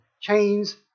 Chains